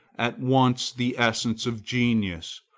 at once the essence of genius,